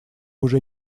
уже